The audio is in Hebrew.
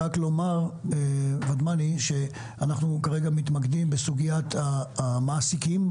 רק אומר לו שאנחנו כרגע מתמקדים בסוגיית המעסיקים.